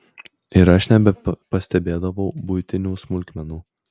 ir aš nebepastebėdavau buitinių smulkmenų